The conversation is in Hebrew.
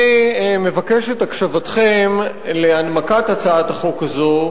אני מבקש את הקשבתכם להנמקת הצעת החוק הזאת,